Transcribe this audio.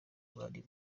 bari